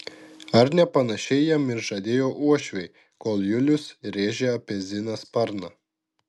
ar ne panašiai jam ir žadėjo uošviai kol julius rėžė apie ziną sparną